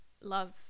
love